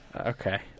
Okay